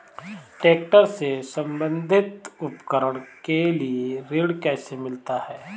Tractor से संबंधित उपकरण के लिए ऋण कैसे मिलता है?